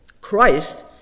Christ